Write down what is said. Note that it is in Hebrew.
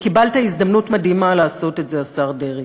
קיבלת הזדמנות מדהימה לעשות את זה, השר דרעי.